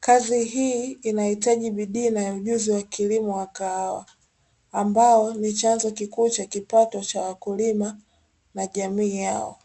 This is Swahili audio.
Kazi hii inahitaji bidii na ujuzi wa kilimo wa kahawa, ambao ni chanzo kikuu cha kipato cha wakulima na jamii yao.